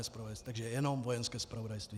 Takže jenom vojenské zpravodajství.